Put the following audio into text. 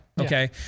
Okay